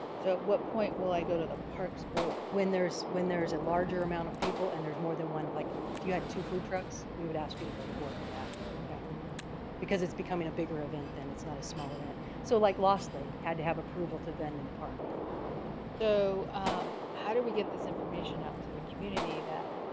so what point will i go to the parks board when there's when there's a larger amount of people and there's more than one like? if you had two food trucks, we would ask you to go to the board for that okay because it's becoming a bigger event then it's not a small event so like lost lake had to have approval to vend in the park so how do we get this information out to the community that?